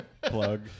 plug